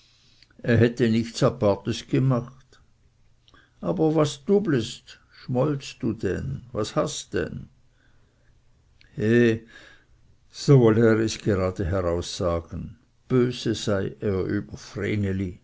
er hätte nichts apartes gemacht aber was dublest was hast dann he so wolle er es geradeaus sagen böse sei er über